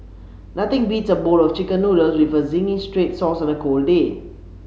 nothing beats a bowl of chicken noodles with zingy red sauce on a cold day